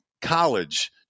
college